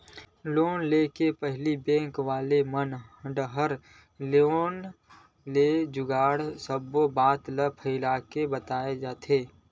loan ले के पहिली बेंक वाले मन डाहर ले लोन ले जुड़े सब्बो बात ल फरियाके बताए जाथे